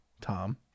Tom